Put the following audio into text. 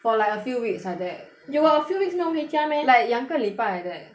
for like a few weeks like that you got a few weeks 没有回家 meh like 两个礼拜 like that